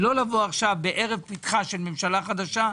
ולא לבוא עכשיו בערב פתחה של ממשלה חדשה,